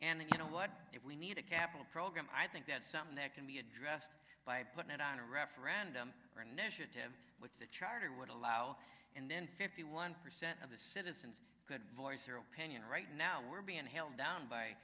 and then you know what if we need a capital program i think that's something that can be addressed by putting it on a referendum with the charter would allow and then fifty one percent of the citizens good voice their opinion right now we're being held down by